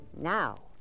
Now